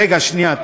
רגע, שנייה.